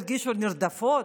ירגישו נרדפות,